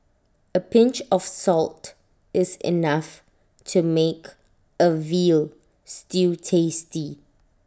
A pinch of salt is enough to make A Veal Stew tasty